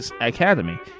academy